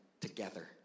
together